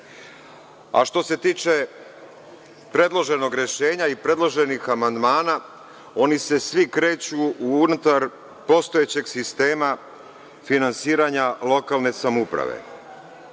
se tiče predloženog rešenja i predloženih amandmana, oni se svi kreću unutar postojećeg sistema finansiranja lokalne samouprave,